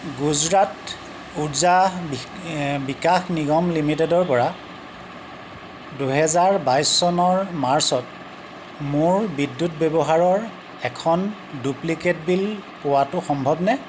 গুজৰাট উৰ্জা বিকাশ নিগম লিমিটেডৰ পৰা দুহেজাৰ বাইছ চনৰ মাৰ্চত মোৰ বিদ্যুৎ ব্যৱহাৰৰ এখন ডুপ্লিকেট বিল পোৱাটো সম্ভৱনে